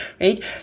right